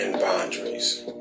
boundaries